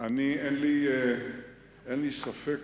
לי אין ספק,